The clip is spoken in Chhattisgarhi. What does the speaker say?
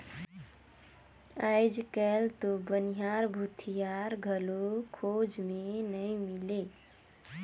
आयज कायल तो बनिहार, भूथियार घलो खोज मे नइ मिलें